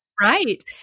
Right